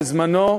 בזמנו,